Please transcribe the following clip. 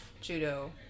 judo